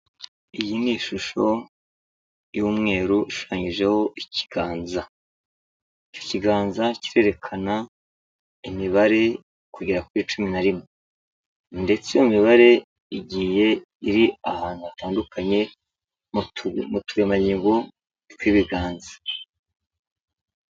Iyi ni ishusho y'umweru ishushanyijeho ikiganza, icyo kiganza kirerekana imibare kugera kuri cumi na rimwe ndetse iyo mibare igiye iri ahantu hatandukanye mu turemangingo tw'ibiganza.